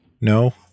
No